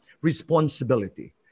responsibility